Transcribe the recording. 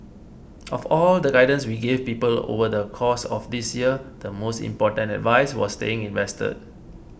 of all the guidance we gave people over the course of this year the most important advice was staying invested